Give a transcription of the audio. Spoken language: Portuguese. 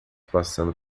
passando